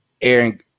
Aaron –